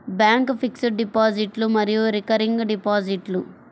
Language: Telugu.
బ్యాంక్ ఫిక్స్డ్ డిపాజిట్లు మరియు రికరింగ్ డిపాజిట్లు